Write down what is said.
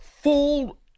full